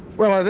well, i think,